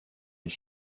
les